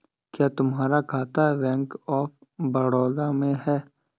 क्या तुम्हारा खाता बैंक ऑफ बड़ौदा में है?